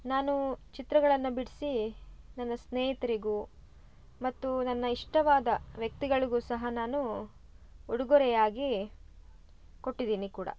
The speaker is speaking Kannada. ನಾನೂ ಚಿತ್ರಗಳನ್ನು ಬಿಡಿಸಿ ನನ್ನ ಸ್ನೇಹಿತರಿಗೂ ಮತ್ತೂ ನನ್ನ ಇಷ್ಟವಾದ ವ್ಯಕ್ತಿಗಳಿಗೂ ಸಹ ನಾನೂ ಉಡುಗೊರೆಯಾಗೀ ಕೊಟ್ಟಿದೀನಿ ಕೂಡ